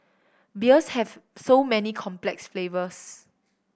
beers have so many complex flavours